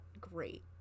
great